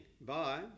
Bye